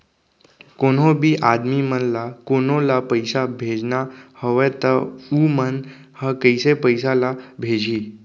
कोन्हों भी आदमी मन ला कोनो ला पइसा भेजना हवय त उ मन ह कइसे पइसा ला भेजही?